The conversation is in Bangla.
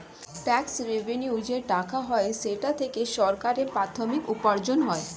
ট্যাক্স রেভেন্যুর যে টাকা হয় সেটা থেকে সরকারের প্রাথমিক উপার্জন হয়